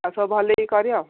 ଆଉ ସବୁ ଭଲେକି କରିବ